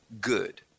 good